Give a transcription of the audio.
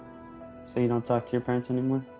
so you know talk to your parents anymore?